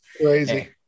Crazy